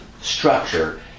structure